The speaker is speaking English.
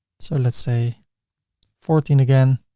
so let's say fourteen again,